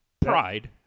pride